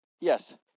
yes